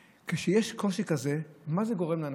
כשיש קושי כזה, מה זה גורם לאנשים?